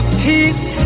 peace